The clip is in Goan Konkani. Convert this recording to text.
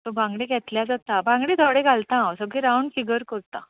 सो बांगडे घेतल्यार जाता बांगडे थोडे घालता हांव सगळी राउंड फिगर करतां